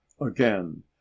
again